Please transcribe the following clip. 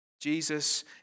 Jesus